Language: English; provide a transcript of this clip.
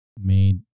made